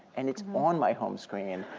and it's on my home screen.